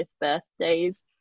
birthdays